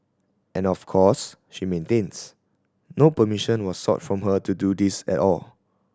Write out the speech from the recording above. and of course she maintains no permission was sought from her to do this at all